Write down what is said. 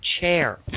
chair